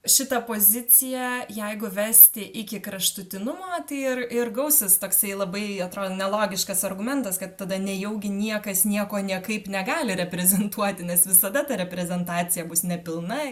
šitą poziciją jeigu vesti iki kraštutinumo tai ir ir gausis toksai labai atrodo nelogiškas argumentas kad tada nejaugi niekas nieko niekaip negali reprezentuoti nes visada ta reprezentacija bus nepilna